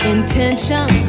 Intention